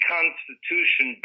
Constitution